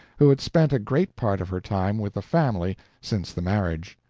who had spent a great part of her time with the family since the marriage.